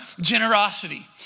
generosity